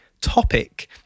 topic